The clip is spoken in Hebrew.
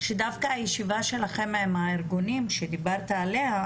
שדווקא הישיבה שלכם עם הארגונים שדיברת עליה,